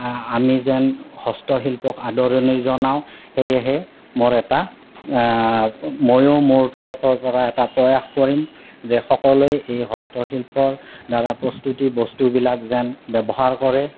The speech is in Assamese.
আমি যেন হস্তশিল্পক আদৰণি জনাওঁ সেয়েহে মোৰ এটা মইয়ো মোৰ তৰফৰ পৰা এটা প্ৰয়াস কৰিম যে সকলোৱে এই হস্তশিল্পৰ দ্বাৰা প্ৰস্তুতি বস্তুবিলাক যেন ব্যৱহাৰ কৰে